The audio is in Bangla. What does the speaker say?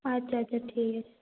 আচ্ছা আচ্ছা ঠিক আছে